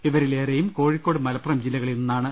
ഇവരിൽ ഏറെയും കോഴിക്കോട് മലപ്പുറം ജില്ലകളിൽനിന്നാണ്